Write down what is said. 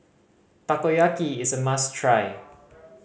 takoyaki is a must try